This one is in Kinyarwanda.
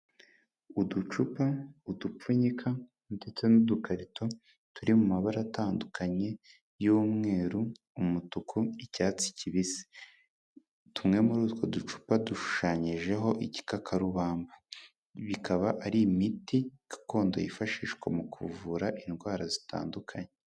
Uducupa udupfunyika ndetse n'udukarito turi mu mabara atandukanye y'umweru, umutuku icyatsi kibisi. Tumwe muri utwo ducupa dushushanyijeho igikakarubamba. Bikaba ari imiti gakondo yifashishwa mu kuvura indwara zitandukanye.